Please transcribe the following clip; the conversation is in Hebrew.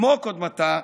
כמו קודמתה,